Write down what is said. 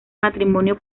matrimonio